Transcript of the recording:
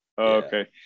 okay